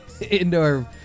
indoor